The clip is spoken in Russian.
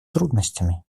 трудностями